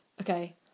okay